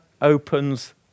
Opens